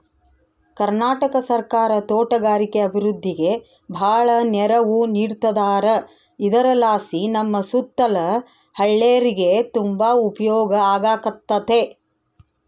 ಕರ್ನಾಟಕ ಸರ್ಕಾರ ತೋಟಗಾರಿಕೆ ಅಭಿವೃದ್ಧಿಗೆ ಬಾಳ ನೆರವು ನೀಡತದಾರ ಇದರಲಾಸಿ ನಮ್ಮ ಸುತ್ತಲ ಹಳ್ಳೇರಿಗೆ ತುಂಬಾ ಉಪಯೋಗ ಆಗಕತ್ತತೆ